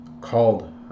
called